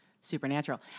Supernatural